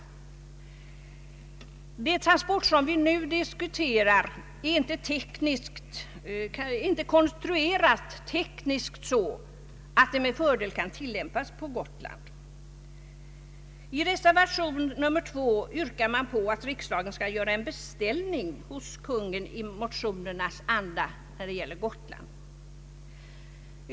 Det transportstöd som vi nu diskuterar är tekniskt inte så konstruerat att det med fördel kan tillämpas på Gotland. I reservation nr 2 yrkas att riksdagen skall göra en beställning hos Kungl. Maj:t i motionernas anda.